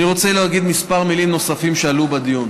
אני רוצה להגיד כמה מילים נוספות שעלו בדיון.